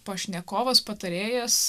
pašnekovas patarėjas